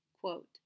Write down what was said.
quote